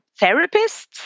therapists